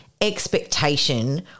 expectation